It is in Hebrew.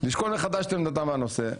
לשקול מחדש את עמדתם בנושא.